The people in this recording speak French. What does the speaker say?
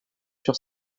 sur